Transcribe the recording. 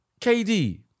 KD